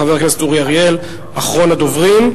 חבר הכנסת אורי אריאל, אחרון הדוברים.